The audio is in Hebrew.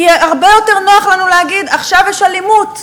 כי הרבה יותר נוח לנו להגיד: עכשיו יש אלימות,